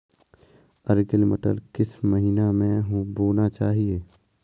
Arkel मटर किस महीना में बोना चाहिए?